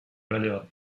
valeur